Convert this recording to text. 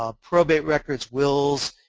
ah probate records wills.